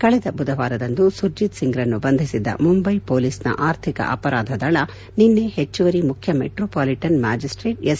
ಕಳೆದ ಬುಧವಾರದಂದು ಸುರ್ಜಿತ್ ಸಿಂಗ್ರನ್ನು ಬಂಧಿಸಿದ್ದ ಮುಂಬೈ ಪೊಲೀಸ್ನ ಆರ್ಥಿಕ ಅಪರಾಧ ದಳ ನಿನ್ನೆ ಹೆಚ್ಚುವರಿ ಮುಖ್ಯ ಮೆಟ್ರೋಪಾಲಿಟನ್ ಮ್ಯಾಜಿಸ್ತ್ರೇಟ್ ಎಸ್